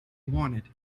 wanted